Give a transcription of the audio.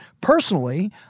personally